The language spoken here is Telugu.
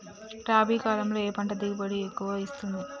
రబీ కాలంలో ఏ పంట ఎక్కువ దిగుబడి ఇస్తుంది?